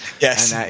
yes